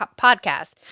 podcast